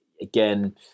again